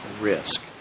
risk